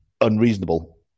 unreasonable